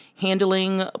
handling